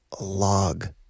log